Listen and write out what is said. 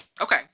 Okay